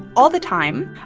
all the time,